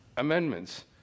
Amendments